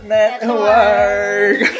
Network